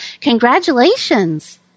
Congratulations